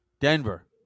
Denver